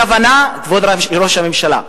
הכוונה כבוד ראש הממשלה,